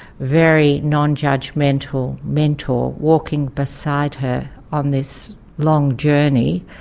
very non-judgmental mentor walking beside her on this long journey,